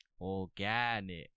Organic